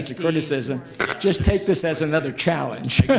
a criticism just take this as another challenge.